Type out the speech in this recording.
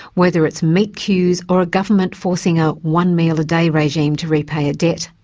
whether it's meat queues or a government forcing a one meal a day regime to repay a debt,